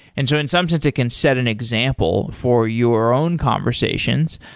and so and sometimes it can set an example for your own conversations.